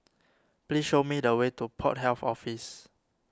please show me the way to Port Health Office